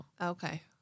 Okay